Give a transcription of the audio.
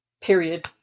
period